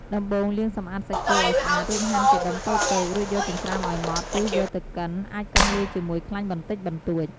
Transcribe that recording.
ដំបូង លាងសម្អាតសាច់គោឱ្យស្អាត រួចហាន់ជាដុំតូចៗ រួចយកចិញ្ច្រាំឱ្យម៉ដ្ឋ ឬយកទៅកិន អាចកិនលាយជាមួយខ្លាញ់បន្តិចបន្តួច។